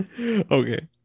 Okay